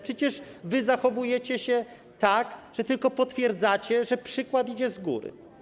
Przecież zachowujecie się tak, że tylko potwierdzacie, że przykład idzie z góry.